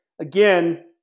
again